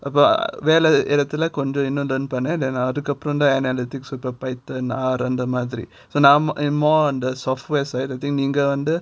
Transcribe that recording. அப்போ வேலை நேரத்துல கொஞ்சம்:apo vela nerathula konjam article அதுக்க அப்புறம் தான்:adhuka apuram than analytics super python அந்த மாதிரி:andha madhiri so now I'm more on the software side of நீங்க வந்து:neenga vandhu